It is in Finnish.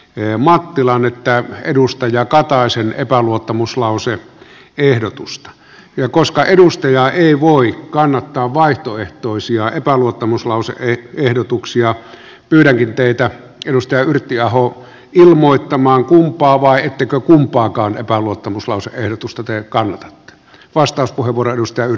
eero mattilanyttää edustaja kataisen epäluottamuslause ehdotusta ja koska mitä ei voi kannattaa vaihtoehtoisia epäluottamuslause ehdotuksia pyydän teitä ennuste yrttiaho ilmoittamaan kumpaa vai ettekö kumpaankaan epäluottamuslause ehdotusta teekannut vasta kun uranus käy